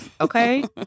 okay